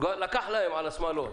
הוא כבר לקח להם כסף עבור השמלות,